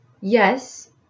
yes